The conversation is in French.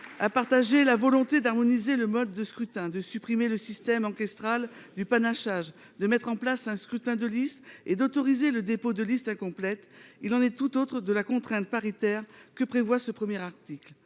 à partager la volonté d’harmoniser le mode de scrutin, de supprimer le système ancestral du panachage, de mettre en place un scrutin de liste et d’autoriser le dépôt de listes incomplètes, il en va tout autrement en ce qui concerne la contrainte paritaire que prévoit l’article